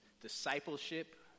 discipleship